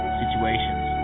situations